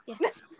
Yes